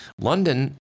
London